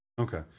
Okay